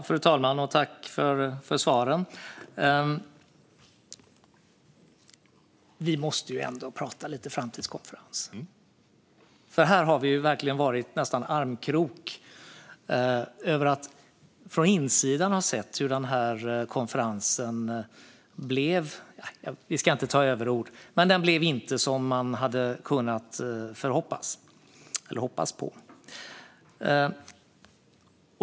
Fru talman! Jag tackar statsrådet för svaret. Låt oss ändå prata lite framtidskonferens. Här har vi nästan gått i armkrok efter att från insidan ha sett hur denna konferens inte blev som vi hade hoppats.